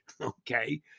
okay